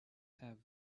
have